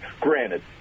granted